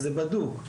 וזה בדוק,